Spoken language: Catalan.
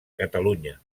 catalunya